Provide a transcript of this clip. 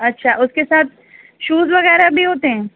اچھا اس کے ساتھ شوز وغیرہ بھی ہوتے ہیں